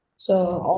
so also,